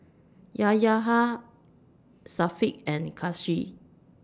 Yayaha Syafiq and Kasih